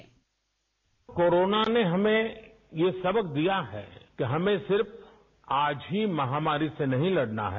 bite corona ने हमें ये सबक दिया है कि हमें सिर्फ आज ही महामारी से नहीं लड़ना है